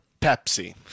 Pepsi